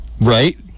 right